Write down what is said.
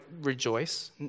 rejoice